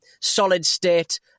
solid-state